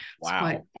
Wow